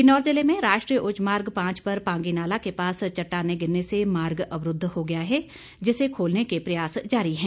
किन्नौर जिले में राष्ट्रीय उच्च मार्ग पांच पर पांगीनाला के पास चट्टाने गिरने से मार्ग अवरूद्व हो गया है जिसे खोलने के प्रयास जारी है